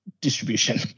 distribution